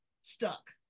stuck